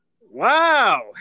Wow